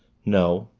no,